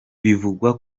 bivugwa